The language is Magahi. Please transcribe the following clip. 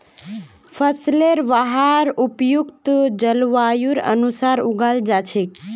फसलेर वहार उपयुक्त जलवायुर अनुसार उगाल जा छेक